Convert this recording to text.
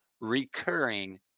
recurring